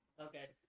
Okay